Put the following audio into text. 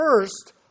first